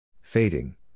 Fading